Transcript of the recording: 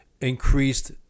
increased